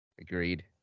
Agreed